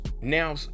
now